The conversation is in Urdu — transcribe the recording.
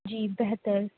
جی بہتر